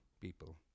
people